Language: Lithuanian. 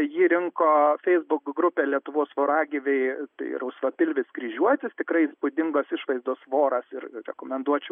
ji rinko feisbuko grupė lietuvos voragyviai tai rausvapilvis kryžiuotis tikrai įspūdingos išvaizdos voras ir rekomenduočiau